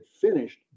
finished